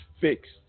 fixed